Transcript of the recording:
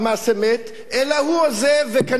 אלא הוא עוזב וכנראה גם לא יחזור.